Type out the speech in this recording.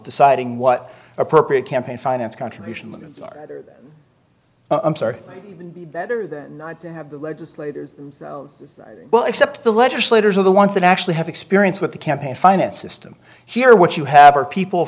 deciding what appropriate campaign finance contribution limits are i'm sorry better than not to have the legislators very well except the legislators are the ones that actually have experience with the campaign finance system here what you have are people